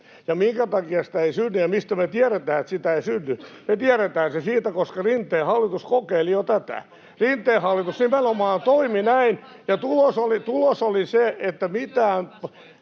Ja minkä takia sitä ei synny ja mistä me tiedetään, että sitä ei synny? Me tiedetään se siitä, että Rinteen hallitus jo kokeili tätä. Rinteen hallitus nimenomaan toimi näin, ja tulos oli se, että sieltä